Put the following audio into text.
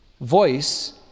voice